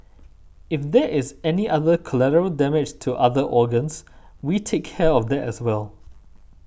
if there is any other collateral damage to other organs we take care of that as well